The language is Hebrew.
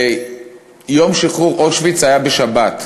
יום שחרור אושוויץ היה בשבת.